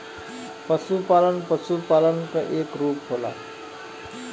पसुपालन पसुपालन क एक रूप होला